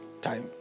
Time